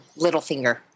Littlefinger